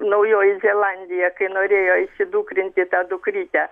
naujoji zelandija kai norėjo įsidukrinti tą dukrytę